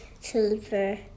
silver